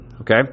okay